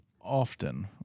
often